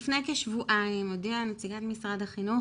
לפני כשבועיים הודיעה נציגת משרד החינוך